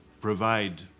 provide